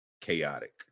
chaotic